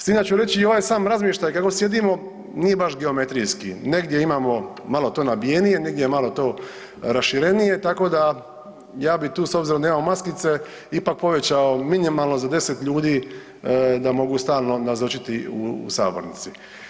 S tim da ću reći i ovaj sam razmještaj kako sjedimo nije baš geometrijski, negdje imamo malo to nabijenije, negdje je malo to raširenije, tako da ja bi tu s obzirom da imamo maskice ipak povećao minimalno za 10 ljudi da mogu stalno nazočiti u sabornici.